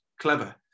Clever